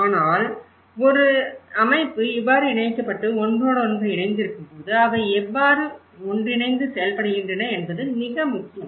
ஆனால் ஒரு அமைப்பு இவ்வாறு இணைக்கப்பட்டு ஒன்றோடொன்று இணைந்திருக்கும்போது அவை எவ்வாறு ஒன்றிணைந்து செயல்படுகின்றன என்பது மிக முக்கியம்